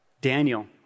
Daniel